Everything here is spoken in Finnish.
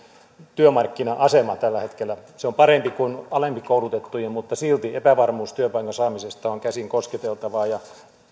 työmarkkina asema tällä hetkellä se on parempi kuin alemmin koulutettujen mutta silti epävarmuus työpaikan saamisesta on käsin kosketeltavaa ja